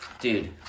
Dude